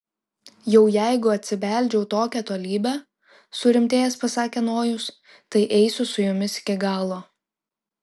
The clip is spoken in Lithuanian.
jau jeigu atsibeldžiau tokią tolybę surimtėjęs pasakė nojus tai eisiu su jumis iki galo